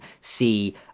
see